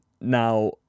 now